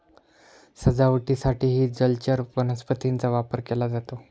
सजावटीसाठीही जलचर वनस्पतींचा वापर केला जातो